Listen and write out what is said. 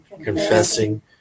confessing